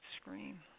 screen